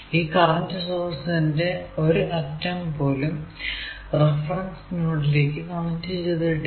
ഈ കറന്റ് സോഴ്സിന്റെ ഒരു അറ്റം പോലും റഫറൻസ് നോഡിലേക്കു കണക്ട് ചെയ്തിട്ടില്ല